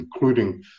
including